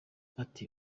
ati